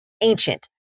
ancient